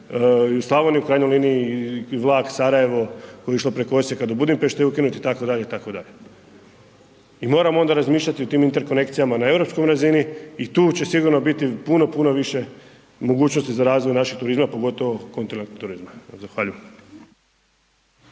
u Slavoniji u krajnjoj liniji i vlak Sarajevo koji je išlo preko Osijeka do Budimpešte ukinut je itd., itd. i moramo onda razmišljati o tim interkonekcijama na europskoj razini i tu će sigurno biti puno, puno više mogućnosti za razvoj našeg turizma, pogotovo kontinentalnog turizma. Zahvaljujem.